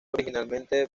originalmente